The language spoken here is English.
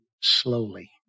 slowly